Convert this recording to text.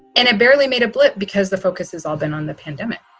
and it barely made a blip because the focus has all been on the pandemic